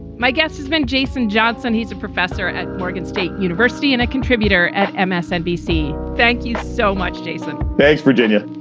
my guest has been jason johnson. he's a professor at morgan state university and a contributor at msnbc. thank you so much, jason. thanks, virginia.